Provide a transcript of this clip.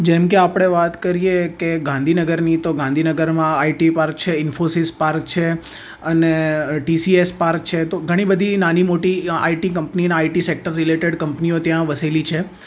જેમ કે આપણે વાત કરીએ કે ગાંધીનગરની તો ગાંધીનગરમાં આઈટી પાર્ક છે ઈન્ફોસિસ પાર્ક છે અને ટીસીએસ પાર્ક છે તો ઘણી બધી નાની મોટી આઈટી કંપની અને આઈટી સેક્ટર રિલેટેડ કંપનીઓ ત્યાં વસેલી છે